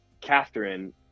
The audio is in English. Catherine